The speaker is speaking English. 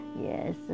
Yes